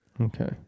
Okay